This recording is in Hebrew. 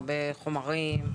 הרבה חומרים.